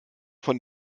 von